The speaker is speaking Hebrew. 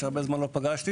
שהרבה זמן לא פגשתי.